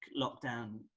lockdown